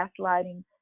gaslighting